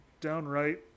downright